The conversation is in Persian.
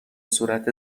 صورت